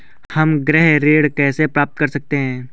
हम गृह ऋण कैसे प्राप्त कर सकते हैं?